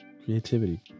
Creativity